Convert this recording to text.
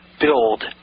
build